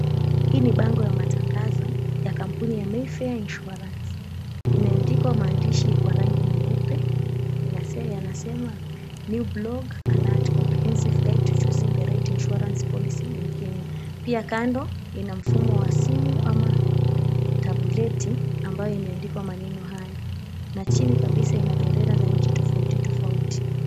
Hii ni bango ya matangazo ya kampuni ya Mayfair Insurance imeandikwa maandishi kwa rangi nyeupe yanasema, New blog alert: Comprehensive guide choosing the right insurance policy in Kenya. Pia kando ina mfumo wa simu ama tableti ambayo imeandikwa maneno hayo na chini kabisa ina bendera zenye nchi tofauti tofauti.